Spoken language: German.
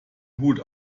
hut